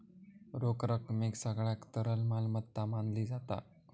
रोख रकमेक सगळ्यात तरल मालमत्ता मानली जाता